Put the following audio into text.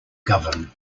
govern